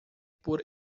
por